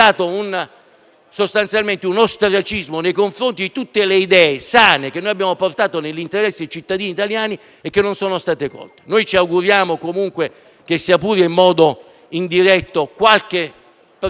è stato sostanzialmente un ostracismo nei confronti di tutte le idee sane che noi abbiamo portato nell'interesse dei cittadini italiani e che non sono state colte. Noi ci auguriamo che, sia pure in modo indiretto, qualche processo di